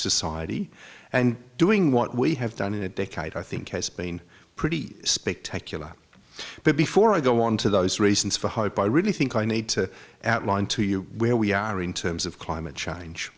society and doing what we have done in a decade i think has been pretty spectacular but before i go on to those reasons for hope i really think i need to outline to you where we are in terms of climate change